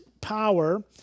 power